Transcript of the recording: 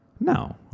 No